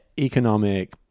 economic